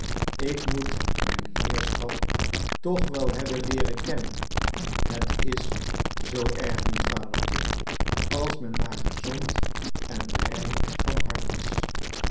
ik moet mijn heerschap toch wel hebben leeren kennen het is zoo erg niet vadertje als men maar gezond en rein van hart is